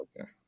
Okay